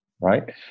right